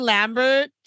Lambert